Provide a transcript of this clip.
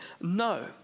No